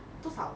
多少